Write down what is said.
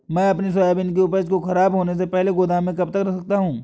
मैं अपनी सोयाबीन की उपज को ख़राब होने से पहले गोदाम में कब तक रख सकता हूँ?